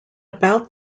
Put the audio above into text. about